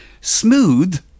Smooth